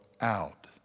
out